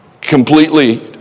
completely